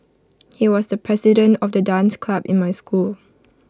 he was the president of the dance club in my school